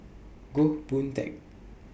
Goh Boon Teck